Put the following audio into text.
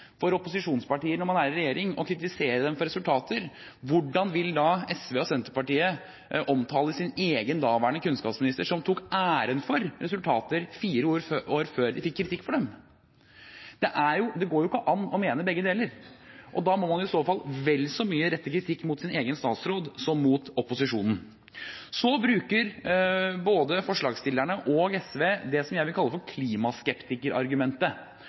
når man er i regjering, å kritisere opposisjonspartier for resultater, hvordan vil da SV og Senterpartiet omtale sin egen daværende kunnskapsminister, som tok æren for resultater fire år før de fikk kritikk for dem? Det går jo ikke an å mene begge deler. Da må man i så fall vel så mye rette kritikk mot sin egen statsråd som mot opposisjonen. Så bruker både forslagsstillerne og SV det jeg vil kalle for klimaskeptikerargumentet,